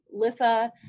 Litha